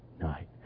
night